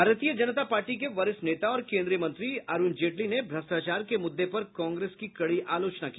भारतीय जनता पार्टी के वरिष्ठ नेता और केन्द्रीय मंत्री अरूण जेटली ने भ्रष्टाचार के मुद्दे पर कांग्रेस की कड़ी आलोचना की